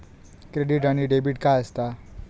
Credit आणि debit काय असता?